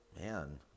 Man